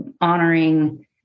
honoring